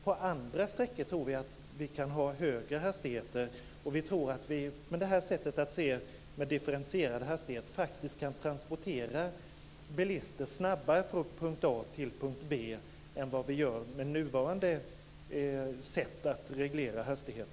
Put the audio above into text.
På andra sträckor kan man ha högre hastigheter. Med differentierade hastigheter kan bilister transportera sig snabbare från punkt A till punkt B än vad de kan göra med nuvarande sätt att reglera hastigheten.